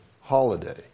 holiday